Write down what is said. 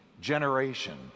generation